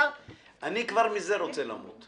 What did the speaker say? --- אני כבר מזה רוצה למות,